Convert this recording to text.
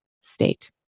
state